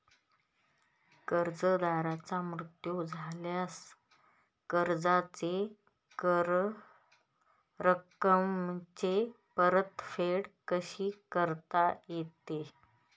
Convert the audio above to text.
कर्जदाराचा मृत्यू झाल्यास कर्जाच्या रकमेची परतफेड कशी करता येते?